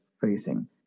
facing